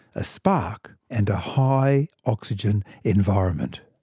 a spark, and a high oxygen environment.